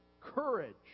courage